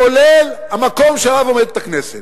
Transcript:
כולל המקום שעליו עומדת הכנסת.